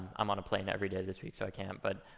i'm on a plane every day this week, so i can't. but